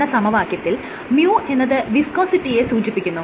എന്ന സമവാക്യത്തിൽ µ എന്നത് വിസ്കോസിറ്റിയെ സൂചിപ്പിക്കുന്നു